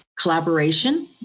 collaboration